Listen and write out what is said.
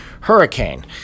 hurricane